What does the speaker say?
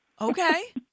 Okay